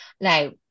Now